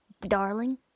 darling